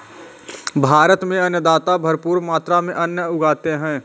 भारत में अन्नदाता भरपूर मात्रा में अन्न उगाते हैं